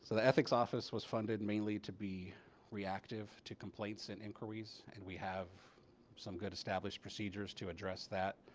the ethics office was funded mainly to be reactive to complaints and inquiries and we have some good established procedures to address that.